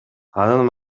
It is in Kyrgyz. анын